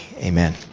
Amen